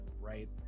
right